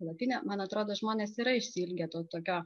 palapinė man atrodo žmonės yra išsiilgę to tokio